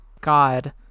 god